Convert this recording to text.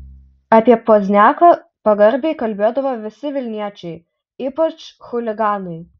apie pozniaką pagarbiai kalbėdavo visi vilniečiai ypač chuliganai